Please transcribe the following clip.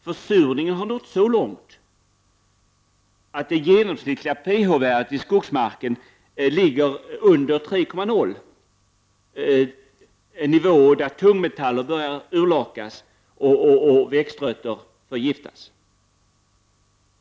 Försurningen har nu nått så långt att det genomsnittliga pH-värdet i skogsmarken ligger under 3,0, en nivå där tungmetaller börjat urlakas och växtrötter förgiftas.